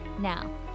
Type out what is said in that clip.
Now